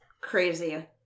crazy